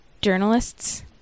journalists